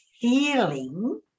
feeling